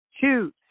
choose